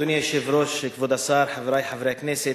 אדוני היושב-ראש, כבוד השר, חברי חברי הכנסת,